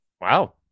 Wow